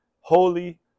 holy